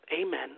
amen